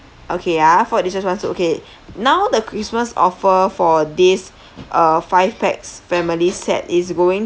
okay ah four dishes one soup okay now the christmas offer for this uh five pax family set is going